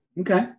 okay